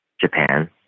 Japan